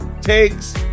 takes